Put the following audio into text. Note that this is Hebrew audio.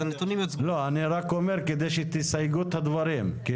אני רק אומר כדי שתסייגו את הדברים.